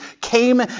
came